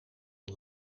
een